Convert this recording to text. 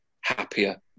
happier